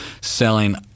selling